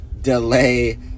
delay